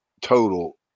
total